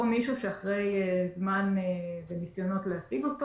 או מישהו שאחרי זמן וניסיונות להשיג אותו